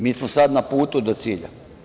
Mi smo sad na putu do cilja.